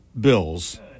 bills